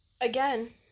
again